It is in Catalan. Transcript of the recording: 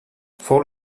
fou